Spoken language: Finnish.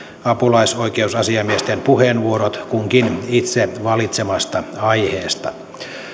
apulaisoikeusasiamiesten puheenvuorot kunkin itse valitsemasta aiheesta